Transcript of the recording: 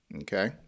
Okay